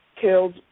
Killed